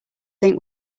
think